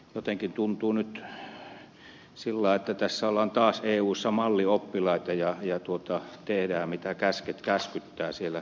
jotenkin tuntuu nyt siltä että tässä ollaan taas eussa mallioppilaita ja tehdään mitä ne suuret maat käskyttävät siellä